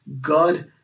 God